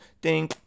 Ding